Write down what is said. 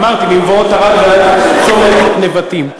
אמרתי: ממבואות ערד עד צומת נבטים.